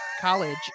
college